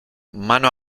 mano